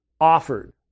offered